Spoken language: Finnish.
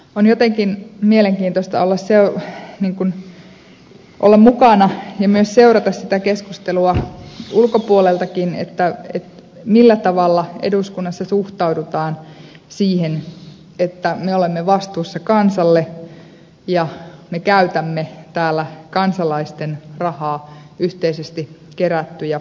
on jotenkin mielenkiintoista olla mukana ja samalla seurata ulkopuoleltakin keskustelua siitä millä tavalla eduskunnassa suhtaudutaan siihen että me olemme vastuussa kansalle ja me käytämme täällä kansalaisten rahaa yhteisesti kerättyjä euroja